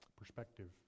perspective